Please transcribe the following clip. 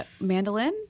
mandolin